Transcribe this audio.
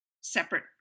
separate